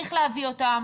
צריך להביא אותם.